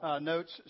notes